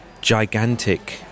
gigantic